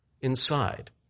inside